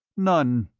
none,